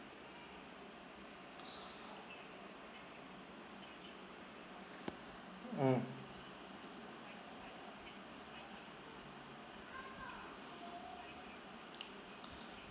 mm